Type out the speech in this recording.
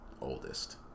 oldest